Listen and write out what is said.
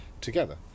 together